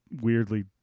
weirdly